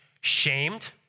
shamed